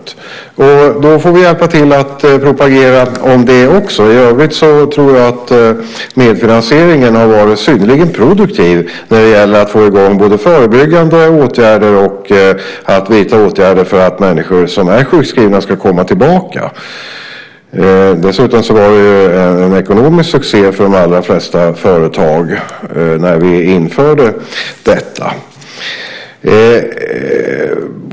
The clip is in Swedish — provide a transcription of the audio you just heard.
Vi får därför hjälpas åt att propagera även för det. I övrigt har medfinansieringen varit synnerligen produktiv både när det gällt att få i gång förebyggande åtgärder och att vidta åtgärder för att människor som är sjukskrivna ska komma tillbaka. Dessutom innebar det för de allra flesta företag en ekonomisk succé när vi införde den.